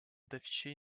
d’afficher